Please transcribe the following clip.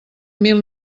mil